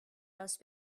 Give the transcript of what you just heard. راست